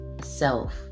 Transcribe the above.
self